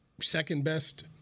second-best